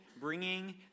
bringing